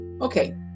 Okay